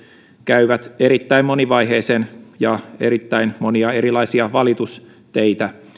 käyvät läpi erittäin monivaiheisen ja erittäin monia erilaisia valitusteitä